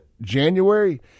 January